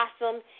awesome